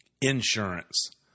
insurance